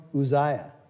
Uzziah